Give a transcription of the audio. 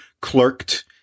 Clerked